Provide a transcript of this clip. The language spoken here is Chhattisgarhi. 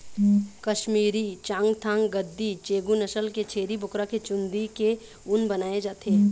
कस्मीरी, चाँगथाँग, गद्दी, चेगू नसल के छेरी बोकरा के चूंदी के ऊन बनाए जाथे